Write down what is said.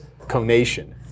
conation